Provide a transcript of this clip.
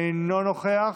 אינו נוכח,